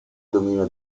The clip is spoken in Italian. dominio